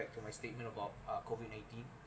back to my statement about uh COVID-nineteen